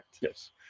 yes